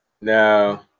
No